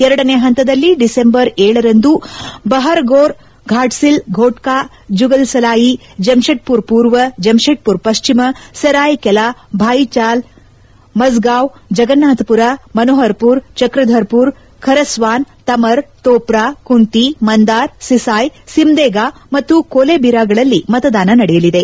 ಎರಡನೇ ಹಂತದಲ್ಲಿ ಡಿಸೆಂಬರ್ ಗರಂದು ಬಹರಗೋರ ಫಾಟ್ಲಿಲ ಪೋಟ್ಲಾ ಜುಗಸಲಾಯಿ ಜೆಮ್ವೆಡ್ವುರ ಪೂರ್ವ ಜೆಮ್ವೆಡ್ವುರ ಪಶ್ಚಿಮ ಸೆರಾಯ್ ಕೆಲಾ ಛಾಯಿಬಾಸ ಮಜಗಾವ್ ಜಗನ್ನಾಥಪುರ ಮನೋಹರ್ಪುರ ಚಕ್ರಧರ್ಪುರ ಖರಸ್ವಾನ್ ತಮರ್ ತೋಪ್ರಾ ಕುಂತಿ ಮಂದಾರ್ ಸಿಸಾಯ್ ಸಿಮ್ಲೇಗಾ ಮತ್ತು ಕೊಲೇಬಿರಾಗಳಲ್ಲಿ ಮತದಾನ ನಡೆಯಲಿದೆ